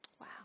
Wow